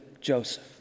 Joseph